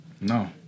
No